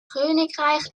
königreich